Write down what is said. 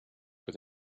with